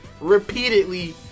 repeatedly